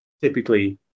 typically